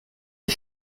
est